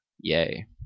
yay